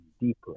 deeper